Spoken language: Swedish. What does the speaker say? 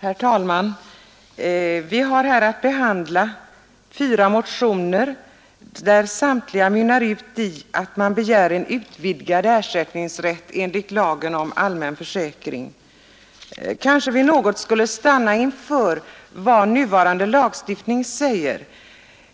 Herr talman! Vi har nu att behandla fyra motioner som samtliga mynnar ut i en begäran om utvidgad ersättningsrätt enligt lagen om allmän försäkring. Kanske vi något skulle stanna inför vad nuvarande lagstiftning säger.